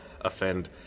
offend